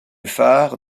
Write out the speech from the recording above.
phare